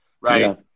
right